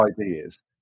ideas